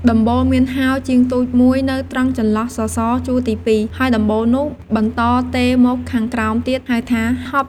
ដំបូលមានហោជាងតូចមួយនៅត្រង់ចន្លោះសសរ ជួរទី២ ហើយដំបូលនោះបន្តទេរមកខាងក្រោមទៀត ហៅថា “ហប់” ។